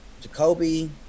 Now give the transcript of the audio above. Jacoby